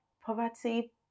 poverty